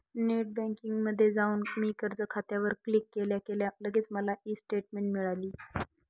net बँकिंगमध्ये जाऊन मी कर्ज खात्यावर क्लिक केल्या केल्या लगेच मला ई स्टेटमेंट मिळाली